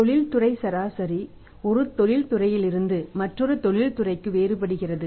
தொழில்துறை சராசரி ஒரு தொழில்துறையிலிருந்து மற்றொரு தொழில்துறைக்கு வேறுபடுகிறது